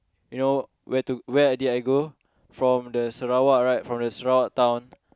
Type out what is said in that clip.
you know where to where did I go from the Sarawak right from the Sarawak town